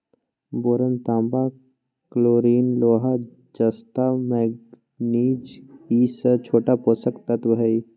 boron तांबा chlorine लोहा जस्ता मैग्निज ई स छोट पोषक तत्त्व हई